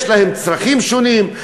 יש להם צרכים שונים,